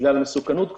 בגלל מסוכנות גבוהה,